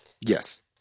Yes